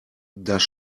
das